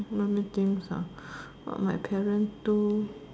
let me think ah what my parent do